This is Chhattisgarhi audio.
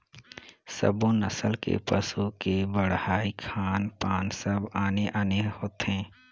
सब्बो नसल के पसू के बड़हई, खान पान सब आने आने होथे